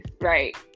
right